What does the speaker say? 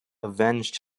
avenged